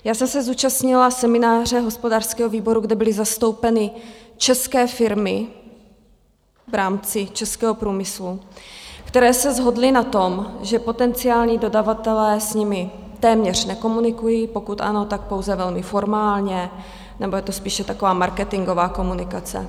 Já jsem se zúčastnila semináře hospodářského výboru, kde byly zastoupeny české firmy v rámci českého průmyslu, které se shodly na tom, že potenciální dodavatelé s nimi téměř nekomunikují, pokud ano, tak pouze velmi formálně nebo je spíše taková marketingová komunikace.